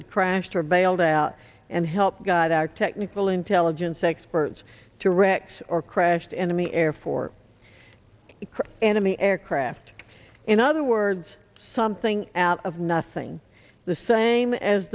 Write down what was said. had crashed or bailed out and help guide our technical and belgian sexperts direct or crashed enemy air for anime aircraft in other words something out of nothing the same as